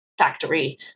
Factory